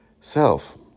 self